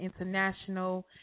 International